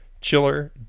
Chiller